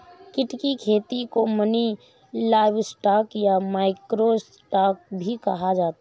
कीट की खेती को मिनी लाइवस्टॉक या माइक्रो स्टॉक भी कहा जाता है